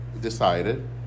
decided